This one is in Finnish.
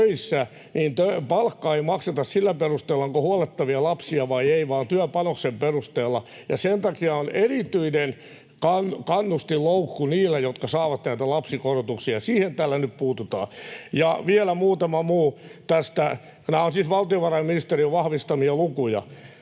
niin palkkaa ei makseta sillä perusteella, onko huollettavia lapsia vai ei, vaan työpanoksen perusteella, ja sen takia on erityinen kannustinloukku niillä, jotka saavat näitä lapsikorotuksia. Siihen tällä nyt puututaan. Vielä muutama muu tästä — ja nämä ovat siis valtiovarainministeriön vahvistamia lukuja: